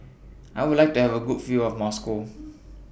I Would like to Have A Good View of Moscow